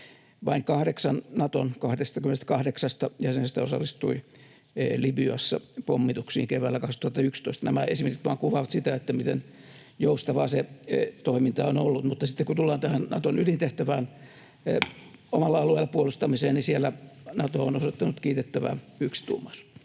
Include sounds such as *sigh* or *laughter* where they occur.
Vain kahdeksan Naton 28:sta jäsenestä osallistui Libyassa pommituksiin keväällä 2011. Nämä esimerkit vain kuvaavat sitä, miten joustavaa se toiminta on ollut. Mutta sitten, kun tullaan tähän Naton ydintehtävään, *noise* oman alueen puolustamiseen, siellä Nato on osoittanut kiitettävää yksituumaisuutta.